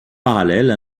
parallèle